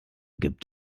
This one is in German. gibt